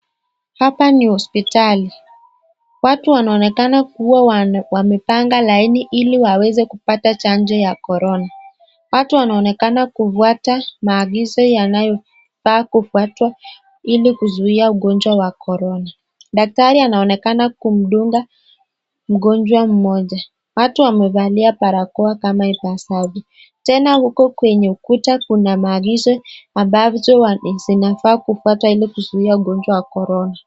Hapa ni hospitali. Watu wanaonekana kuwa wamepanga laini ili waweze kupata chanjo ya korona. Watu wanaonekana kufuata maagizo yanayofaa kufuata ili kuzuia ugonjwa wa korona. Daktari anaonekana kumdunga mgonjwa mmoja. Watu wamevalia barakoa kama ipasavyo. Tena huko kwenye ukuta kuna maagizo ambavyo zinafaa kufuata ili kuzuia ugonjwa wa korona.